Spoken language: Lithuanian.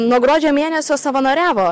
nuo gruodžio mėnesio savanoriavo